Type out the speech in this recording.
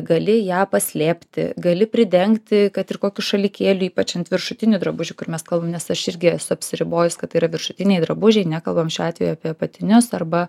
gali ją paslėpti gali pridengti kad ir kokiu šalikėliu ypač ant viršutinių drabužių kur mes kalbam nes aš irgi esu apsiribojus kad tai yra viršutiniai drabužiai nekalbam šiuo atveju apie apatinius arba